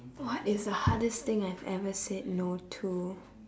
what is the hardest thing I have ever said no to